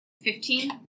Fifteen